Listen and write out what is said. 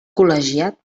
col·legiat